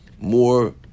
more